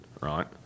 right